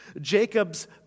Jacob's